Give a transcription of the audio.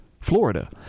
Florida